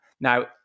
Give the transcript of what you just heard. Now